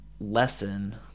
Lesson